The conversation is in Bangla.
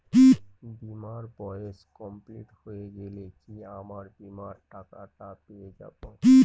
বীমার বয়স কমপ্লিট হয়ে গেলে কি আমার বীমার টাকা টা পেয়ে যাবো?